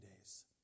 days